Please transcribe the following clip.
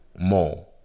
more